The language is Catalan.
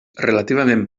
relativament